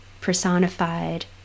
personified